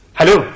Hello